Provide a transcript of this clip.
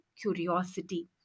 curiosity